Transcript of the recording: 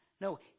No